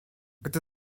gdy